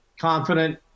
confident